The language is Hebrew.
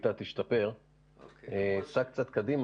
הוא מוצא תחלואה